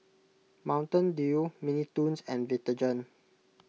Mountain Dew Mini Toons and Vitagen